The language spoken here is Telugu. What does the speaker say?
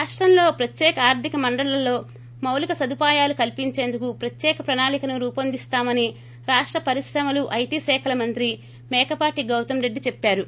రాష్టంలో ప్రత్యేక ఆర్గిక మండళ్లలో మౌలిక సదుపయాలు కల్పించేందుకు ప్రత్యేక ప్రణాళికను రూపొందిస్తామని రాష్ట్ర పరిశ్రమలు ఐటీ శాఖల మంత్రి మేకపాటి గౌతమ్ రెడ్డి చెప్పారు